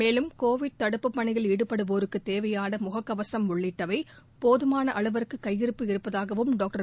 மேலும் கோவிட் தடுப்பு பணியில் ஈடுபடுவோருக்கு தேவையான முகக்கவசம் உள்ளிட்டவை போதுமான அளவிற்கு கையிருப்பு இருப்பதாகவும் டாக்டர்